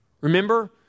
Remember